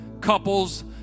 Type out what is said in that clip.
couples